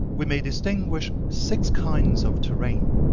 we may distinguish six kinds of terrain,